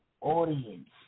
audience